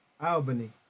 Albany